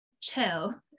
chill